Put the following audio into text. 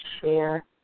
share